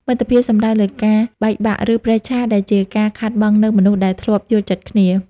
មិត្តភាពសំដៅលើការ បែកបាក់ ឬប្រេះឆា ដែលជាការខាតបង់នូវមនុស្សដែលធ្លាប់យល់ចិត្តគ្នា។